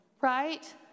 Right